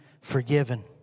forgiven